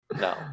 No